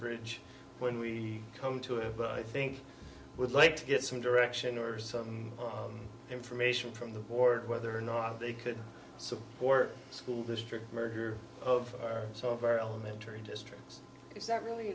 bridge when we come to it but i think i would like to get some direction or some information from the board whether or not they could support school district murder of so very elementary districts is that really